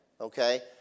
Okay